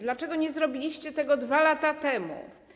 Dlaczego nie zrobiliście tego 2 lata temu?